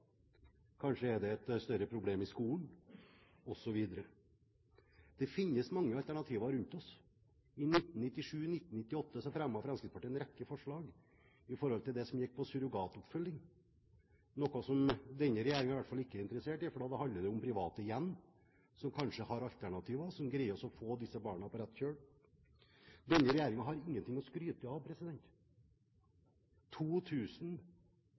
kanskje er det et større problem i skolen, osv. Det finnes mange alternativer rundt oss. I 1997–1998 fremmet Fremskrittspartiet en rekke forslag knyttet til det som gikk på surrogatoppfølging, noe denne regjeringen i hvert fall ikke er interessert i, fordi da handler det om det private igjen, som kanskje har alternativer som greier å få disse barna på rett kjøl. Denne regjeringen har ingenting å skryte av